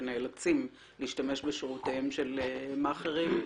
שנאלצים להשתמש בשירותיהם של מאכערים,